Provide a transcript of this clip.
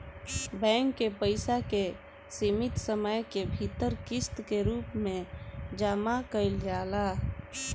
bank के पइसा के सीमित समय के भीतर किस्त के रूप में जामा कईल जाला